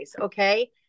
okay